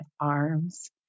arms